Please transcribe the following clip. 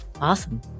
awesome